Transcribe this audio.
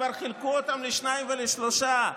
כבר חילקו אותם לשניים ולשלושה.